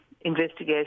investigation